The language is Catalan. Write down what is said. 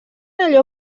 allò